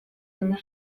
nyuma